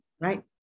Right